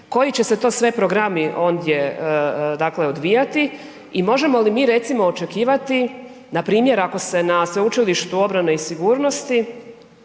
koji će se to sve programi ondje dakle odvijati i možemo li mi recimo očekivati npr. ako se na Sveučilištu obrane i sigurnosti